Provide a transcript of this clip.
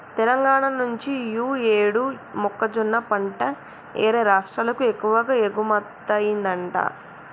తెలంగాణా నుంచి యీ యేడు మొక్కజొన్న పంట యేరే రాష్టాలకు ఎక్కువగా ఎగుమతయ్యిందంట